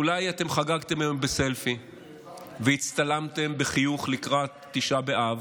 אולי אתם חגגתם היום בסלפי והצטלמתם בחיוך לקראת תשעה באב,